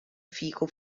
fico